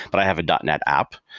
but i have a dotnet app.